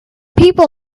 people